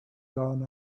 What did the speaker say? gone